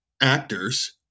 actors